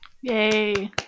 Yay